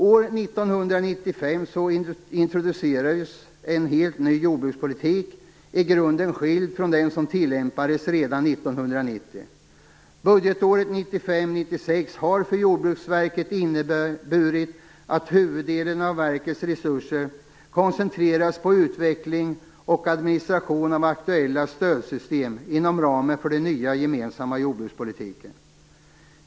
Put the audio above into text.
År 1995 introducerades en helt ny jordbrukspolitik, i grunden skild från den som tillämpades redan 1990. Budgetåret 1995/96 har för Jordbruksverket inneburit att huvuddelen av verkets resurser koncentrerats på utveckling och administration av aktuella stödsystem inom ramen för den nya gemensamma jordbrukspolitiken.